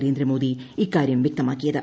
നരേന്ദ്രമോദി ഇക്കാര്യം വ്യക്തമാക്കിയത്